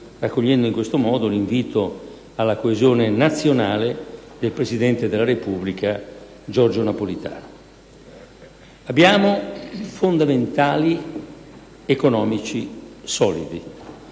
raccogliendo in questo modo l'invito alla coesione nazionale avanzato dal presidente della Repubblica, Giorgio Napolitano. Abbiamo fondamentali economici solidi.